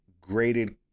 graded